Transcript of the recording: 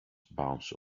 bounce